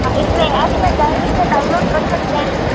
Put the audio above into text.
हाँ इसमें एप्प से डायरेक्ट से डाउनलोड कर सकते हैं